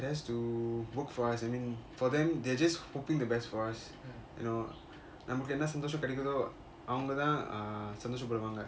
it has to work for us I mean for them they're just hoping the best for us you know நமக்கு என்ன சந்தோசம் கெடைக்கிதோ அவங்க தான் சந்தோச பாடுவாங்க:namaku enna santhosam kedaikitho avanga thaan sandosa paduvanga